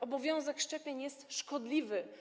Obowiązek szczepień jest szkodliwy.